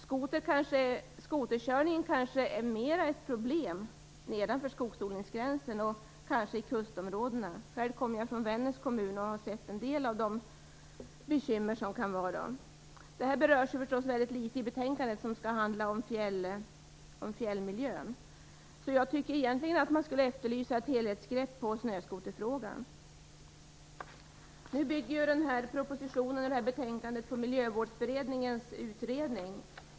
Den är kanske ett ännu större problem nedanför skogsodlingsgränsen och även i kustområdena. Själv kommer jag från Vännäs kommun och har sett en del av de bekymmer som kan förekomma. Det här berörs förstås väldigt litet i betänkandet, som skall handla om fjällmiljön. Egentligen skulle jag vilja efterlysa ett helhetsgrepp på snöskoterfrågan. Den här propositionen och det här betänkandet bygger på Miljövårdsberedningens utredning.